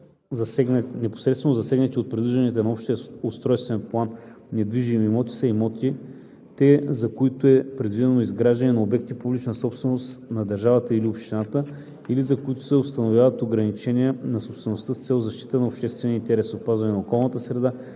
Непосредствено засегнати от предвижданията на общия устройствен план недвижими имоти са имотите, за които е предвидено изграждане на обекти – публична собственост на държавата или общината, или за които се установяват ограничения на собствеността с цел защита на обществени интереси – опазване на околната среда